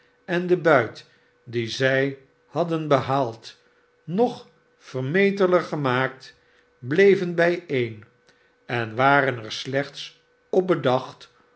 en den buit dien zij hadden behaald nog vermeteler gemaakt bleven bijeen en waren er slechts op bedacht